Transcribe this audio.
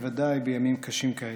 בוודאי בימים קשים כאלה.